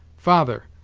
father,